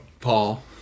Paul